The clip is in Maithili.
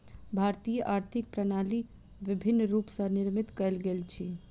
भारतीय आर्थिक प्रणाली विभिन्न रूप स निर्मित कयल गेल अछि